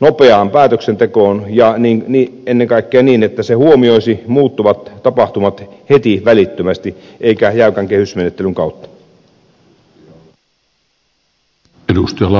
nopeaan päätöksentekoon ja ennen kaikkea niin että se huomioisi muuttuvat tapahtumat heti välittömästi eikä jäykän kehysmenettelyn kautta